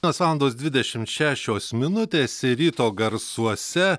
nios valandos dvidešimt šešios minutės ir ryto garsuose